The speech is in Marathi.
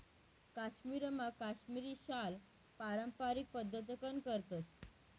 काश्मीरमा काश्मिरी शाल पारम्पारिक पद्धतकन करतस